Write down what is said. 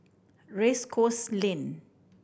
Race Course Lane